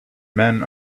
men